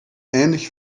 ähnliche